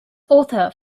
author